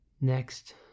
Next